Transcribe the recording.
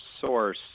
source